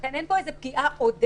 לכן אין פה פגיעה עודפת